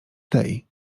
tej